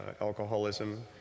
alcoholism